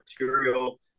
material